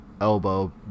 elbow